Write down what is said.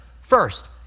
first